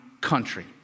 country